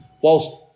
whilst